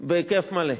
בהיקף מלא.